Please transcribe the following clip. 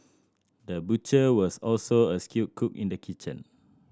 the butcher was also a skilled cook in the kitchen